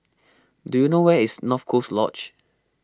do you know where is North Coast Lodge